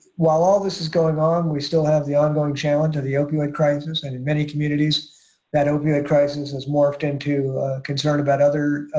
while all this is going on, we still have the ongoing challenge of the opioid crisis, and in many communities that opioid crisis has morphed into concern about other